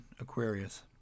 Aquarius